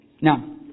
Now